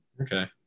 Okay